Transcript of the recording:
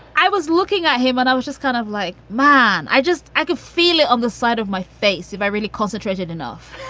i was looking at him and i was just kind of like, man, i just i could feel it on the side of my face if i really concentrated enough,